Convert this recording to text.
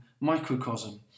microcosm